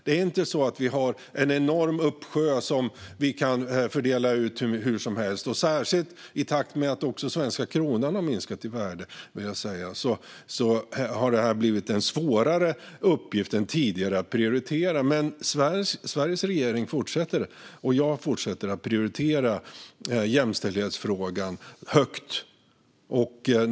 Det är inte så att vi har en uppsjö av pengar som vi kan fördela hur som helst. Särskilt i takt med att den svenska kronan har minskat i värde har detta blivit en svårare uppgift än tidigare att prioritera. Men jag och Sveriges regering fortsätter att prioritera jämställdhetsfrågan högt.